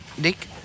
dick